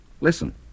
Listen